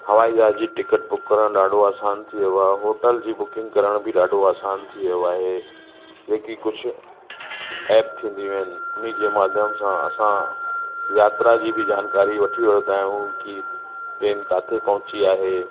हवाई जहाज जी टिकट बुक करण ॾाढो आसान थी वियो आहे होटल जी बुकिंग करण बि ॾाढो आसान थी वियो आहे जेकी कुझु ऐप थींदियूं आहिनि उनजे माध्यमु सां असां यात्रा जी बि जानकारी वठी वठंदा आहियूं की ट्रेन किथे पहुंची आहे